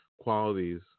qualities